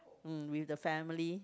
mm with the family